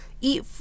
eat